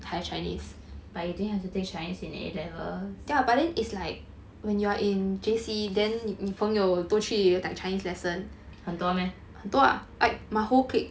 but you didn't have to take chinese in A levels 很多 meh